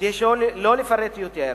כדי שלא לפרט יותר,